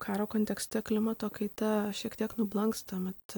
karo kontekste klimato kaita šiek tiek nublanksta mat